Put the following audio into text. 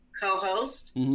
co-host